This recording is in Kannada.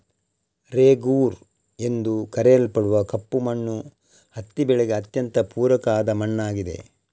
ರೇಗೂರ್ ಎಂದು ಕರೆಯಲ್ಪಡುವ ಕಪ್ಪು ಮಣ್ಣು ಹತ್ತಿ ಬೆಳೆಗೆ ಅತ್ಯಂತ ಪೂರಕ ಆದ ಮಣ್ಣಾಗಿದೆ